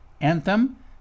Anthem